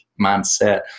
mindset